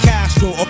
Castro